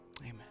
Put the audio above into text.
Amen